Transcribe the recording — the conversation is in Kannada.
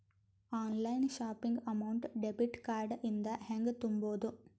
Online shopping amount debit card ಇಂದ ಹೆಂಗ್ ತುಂಬೊದು?